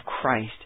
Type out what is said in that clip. Christ